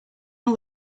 all